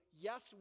Yes